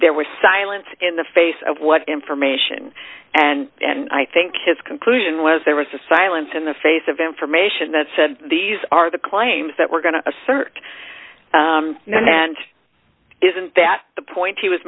there were silent in the face of what information and and i think his conclusion was there was a silence in the face of information that said these are the claims that we're going to assert and isn't that the point he was